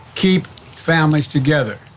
keep families together.